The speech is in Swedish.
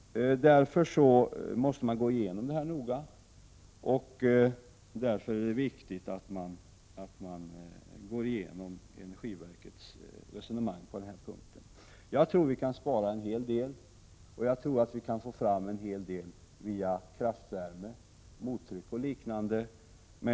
Därför måste vi noga gå igenom energiverkets resonemang på denna punkt. Jag tror att vi kan spara en hel del och att vi kan åstadkomma mycken energi via kraftvärme, mottryck och liknande.